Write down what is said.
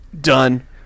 Done